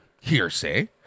hearsay